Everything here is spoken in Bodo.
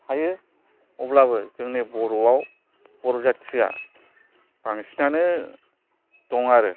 थायो अब्लाबो जोंनि बर'आव बर' जाथिया बांसिनानो दं आरो